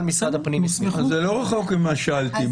משרד הפנים הסמיך." זה לא רחוק ממה ששאלתי.